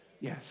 Yes